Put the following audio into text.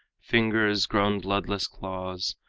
fingers grown bloodless claws,